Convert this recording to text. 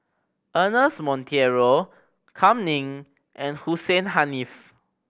Ernest Monteiro Kam Ning and Hussein Haniff